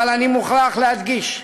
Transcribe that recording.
אבל אני מוכרח להדגיש שהיום,